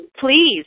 Please